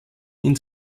ihn